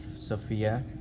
Sophia